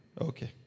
Okay